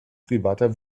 privater